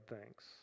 thanks